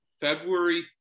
February